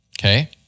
okay